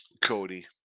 Cody